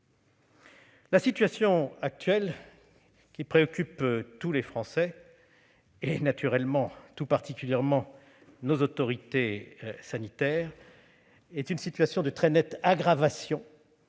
La situation actuelle, qui préoccupe tous les Français, et particulièrement nos autorités sanitaires, est une situation de très nette aggravation